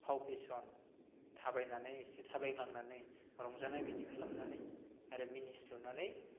फाव फेसन थाबायनानै एसे थाबायलांनानै रंजानाय बायदि खालामनानै आरो मिनिस्लुनानै